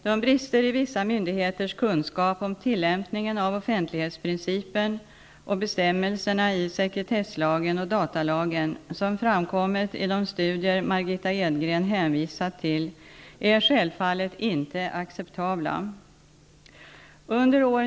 De brister i vissa myndigheters kunskap om tillämpningen av offentlighetsprincipen och bestämmelserna i sekretesslagen och datalagen som framkommit i de studier Margitta Edgren hänvisat till är självfallet inte acceptabla.